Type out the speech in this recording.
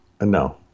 No